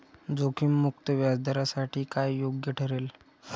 जोखीम मुक्त व्याजदरासाठी काय योग्य ठरेल?